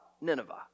Nineveh